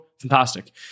Fantastic